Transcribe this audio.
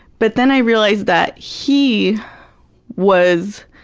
but then i realized that he was